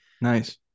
Nice